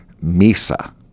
misa